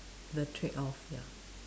the trade-off ya